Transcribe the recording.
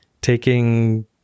taking